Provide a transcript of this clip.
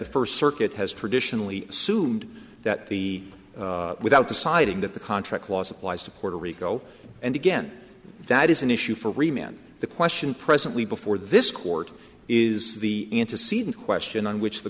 the first circuit has traditionally sumed that the without deciding that the contract law applies to puerto rico and again that is an issue for remained the question presently before this court is the antecedent question on which the